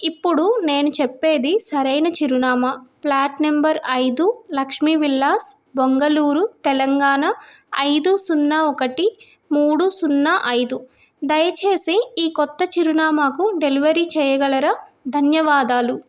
ఇప్పుడు నేను చెప్పేది సరైన చిరునామా ప్లాట్ నెంబర్ ఐదు లక్ష్మి విల్లాస్ బొంగలూరు తెలంగాణ ఐదు సున్నా ఒకటి మూడు సున్నా ఐదు దయచేసి ఈ కొత్త చిరునామాకు డెలివరీ చేయగలరా ధన్యవాదాలు